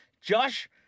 Josh